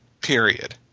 Period